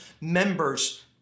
members